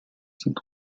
sind